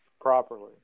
properly